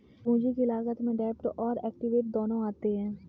पूंजी की लागत में डेब्ट और एक्विट दोनों आते हैं